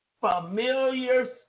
familiar